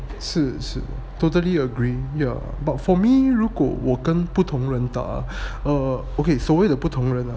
是是 totally agree ya but for me 如果我跟不同人打 err okay 所谓的不同人 ah